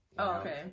okay